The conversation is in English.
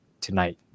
tonight